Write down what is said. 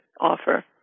offer